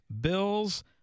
Bills